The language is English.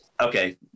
okay